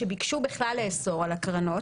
שביקשו לאסור על הקרנות.